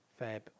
Feb